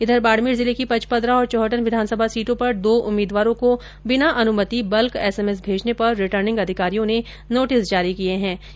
इधर बाडमेर जिले की पचपदरा और चौहटन विधानसभा सीटों पर दो उम्मीदवारों को बिना अनुमति बल्क एसएमएस भेजने पर रिटर्निंग अधिकारियों ने नोटिस जारी किये गये है